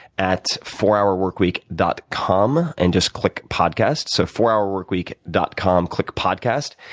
at fourhourworkweek dot com. and just click podcast. so fourhourworkweek dot com, click podcast.